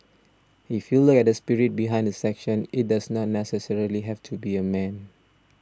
if you look at the spirit behind the section it does not necessarily have to be a man